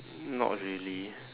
not really